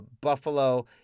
Buffalo